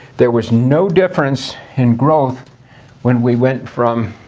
there was no difference in growth when we went from